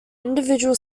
individual